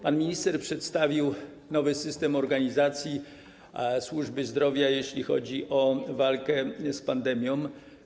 Pan minister przedstawił nowy system organizacji służby zdrowia, jeśli chodzi o walkę z pandemią.